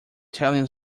telling